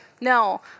No